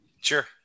Sure